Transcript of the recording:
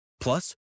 Plus